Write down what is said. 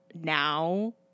now